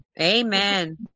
Amen